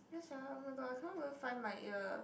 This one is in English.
sorry oh my god I cannot even find my ear